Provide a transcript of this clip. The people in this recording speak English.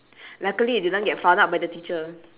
luckily it didn't get found out by the teacher